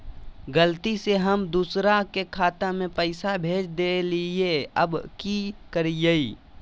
गलती से हम दुसर के खाता में पैसा भेज देलियेई, अब की करियई?